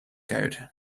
code